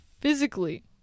physically